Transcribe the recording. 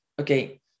okay